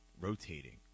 rotating